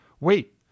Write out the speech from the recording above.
wait